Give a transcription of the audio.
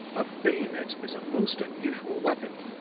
a bayonet is a most unusual weapon,